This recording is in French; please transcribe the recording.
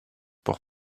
pour